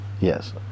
Yes